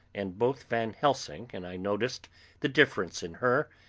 and both van helsing and i noticed the difference in her,